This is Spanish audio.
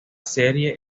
serie